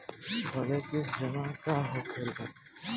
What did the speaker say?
Flexi जमा का होखेला?